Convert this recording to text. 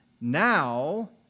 Now